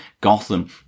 gotham